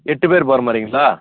எட்டு பேர் போகிற மாதிரிங்களா